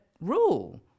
rule